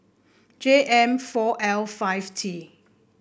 J M four L five T